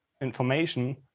information